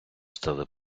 стали